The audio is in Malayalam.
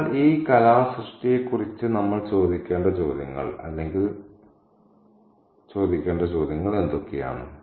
അതിനാൽ ഈ കലാസൃഷ്ടിയെക്കുറിച്ച് നമ്മൾ ചോദിക്കേണ്ട ചോദ്യങ്ങൾ അല്ലെങ്കിൽ ചോദിക്കേണ്ട ചോദ്യങ്ങൾ എന്തൊക്കെയാണ്